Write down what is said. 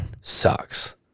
sucks